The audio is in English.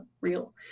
real